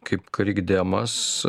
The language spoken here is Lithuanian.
kaip krikdemas